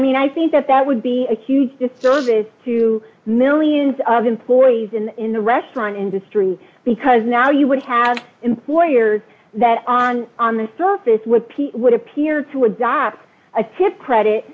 mean i think that that would be a huge disservice to millions of employees and in the restaurant industry because now you would have employers that on on the surface with pete would appear to adapt a tip